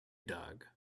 dog